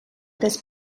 this